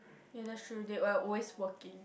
yea that's true they are always working